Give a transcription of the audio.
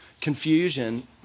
confusion